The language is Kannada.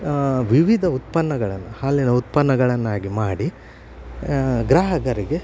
ವಿವಿಧ ಉತ್ಪನ್ನಗಳನ್ನು ಹಾಲಿನ ಉತ್ಪನ್ನಗಳನ್ನಾಗಿ ಮಾಡಿ ಗ್ರಾಹಕರಿಗೆ